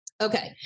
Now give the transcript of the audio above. Okay